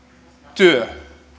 työ